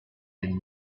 been